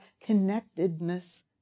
connectedness